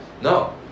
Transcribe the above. No